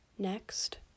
Next